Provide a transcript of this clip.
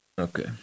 Okay